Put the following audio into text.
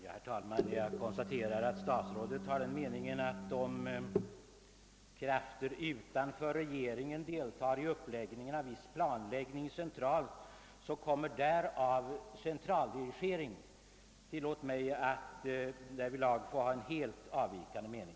Herr talman! Jag konstaterar att statsrådet är av den meningen att om krafter utanför regeringen deltar i viss planläggning centralt, så medför detta centraldirigering. Tillåt mig att därvidlag få anmäla en helt avvikande mening.